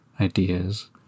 ideas